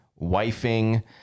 wifing